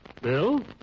Bill